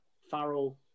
Farrell